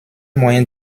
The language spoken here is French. moyen